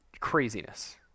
Craziness